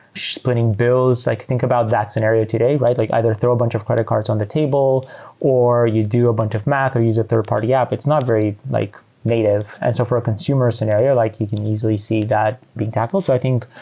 splitting bills. like think about that scenario today, right? like either throw a bunch of credit cards on the table or you do a bunch of math or use a third-party app. it's not very like native. and so for a consumer scenario, like you can easily see that the being tackled. i think,